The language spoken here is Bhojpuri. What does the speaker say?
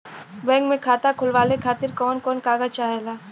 बैंक मे खाता खोलवावे खातिर कवन कवन कागज चाहेला?